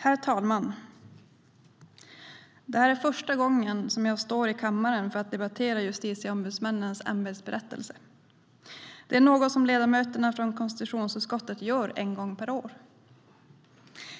Herr talman! Detta är första gången jag står i kammaren för att debattera justitieombudsmännens ämbetsberättelse. Det är något som ledamöterna i konstitutionsutskottet gör en gång per år.